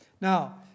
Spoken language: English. Now